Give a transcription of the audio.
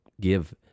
give